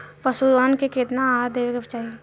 पशुअन के केतना आहार देवे के चाही?